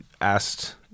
asked –